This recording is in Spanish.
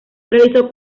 realizó